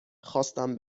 خواستم